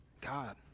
God